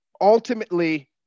ultimately